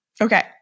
Okay